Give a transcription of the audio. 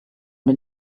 den